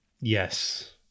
Yes